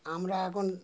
আমরা এখন